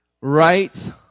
right